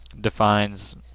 defines